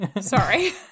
sorry